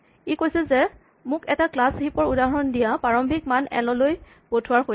ই কৈছে যে মোক এটা ক্লাচ হিপ ৰ উদাহৰণ দিয়া প্ৰাৰম্ভিক মান এল ইয়ালৈ পঠোৱাৰ সৈতে